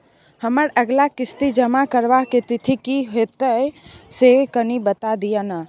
हमर अगला किस्ती जमा करबा के तिथि की होतै से कनी बता दिय न?